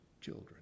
children